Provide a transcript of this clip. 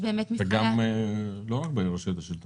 לא רק שלטון